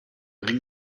ring